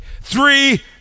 Three